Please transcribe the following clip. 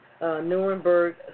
Nuremberg